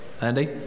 Andy